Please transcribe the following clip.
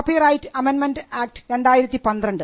copy right അമെൻമെൻറ് act 2012